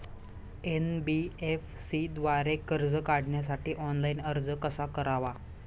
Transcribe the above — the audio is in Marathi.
एन.बी.एफ.सी द्वारे कर्ज काढण्यासाठी ऑनलाइन अर्ज कसा करावा?